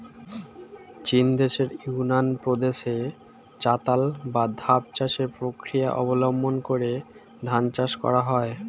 চীনদেশের ইউনান প্রদেশে চাতাল বা ধাপ চাষের প্রক্রিয়া অবলম্বন করে ধান চাষ করা হয়